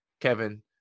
kevin